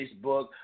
Facebook